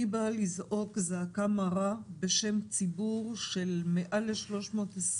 אני באה לזעוק זעקה מרה בשם ציבור של מעל ל-320